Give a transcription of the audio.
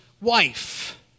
wife